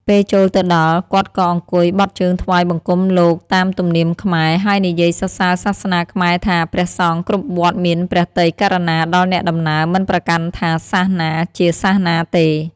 ពេលចូលទៅដល់ គាត់ក៏អង្គុយបត់ជើងថ្វាយបង្គំលោកតាមទំនៀមខ្មែរ ហើយនិយាយសរសើរសាសនាខ្មែរថា ព្រះសង្ឃគ្រប់វត្តមានព្រះទ័យករុណាដល់អ្នកដំណើរ មិនប្រកាន់ថាសាសន៍ណាជាសាសន៍ទេ។